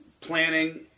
planning